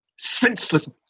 Senseless